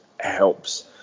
helps